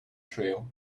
trail